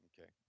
Okay